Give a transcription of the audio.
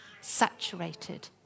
saturated